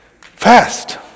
Fast